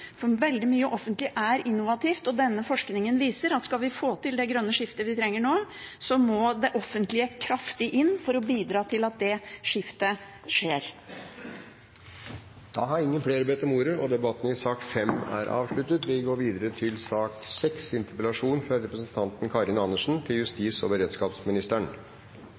for veldig mye offentlig er innovativt, og denne forskningen viser at skal vi få til det grønne skiftet vi trenger nå, må det offentlige kraftig inn for å bidra til at det skiftet skjer. Flere har ikke bedt om ordet til sak nr. 5. Det forferdeligste har hendt. Et barn er